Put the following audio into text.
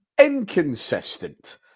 inconsistent